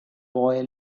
boy